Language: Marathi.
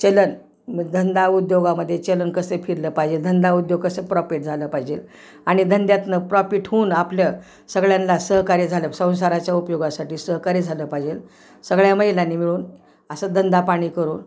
चलन धंदा उद्योगामध्ये चलन कसं फिरलं पाहिजे धंदा उद्योग कसं प्रॉफिट झालं पाहिजे आणि धंद्यातूनं प्रॉपिट होऊन आपलं सगळ्यांना सहकार्य झालं संसाराच्या उपयोगासाठी सहकार्य झालं पाहिजे सगळ्या महिलांनी मिळून असा धंदा पाणी करून